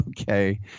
Okay